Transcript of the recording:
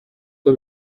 uko